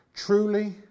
Truly